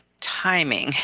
timing